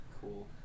Cool